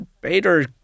Bader